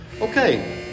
Okay